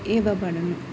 ఇవ్వబడను